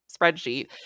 spreadsheet